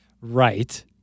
Right